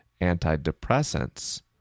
antidepressants